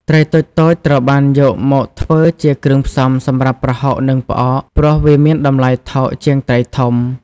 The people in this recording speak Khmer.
ត្រីតូចៗ ត្រូវបានយកមកធ្វើជាគ្រឿងផ្សំសម្រាប់ប្រហុក និងផ្អក ព្រោះវាមានតម្លៃថោកជាងត្រីធំ។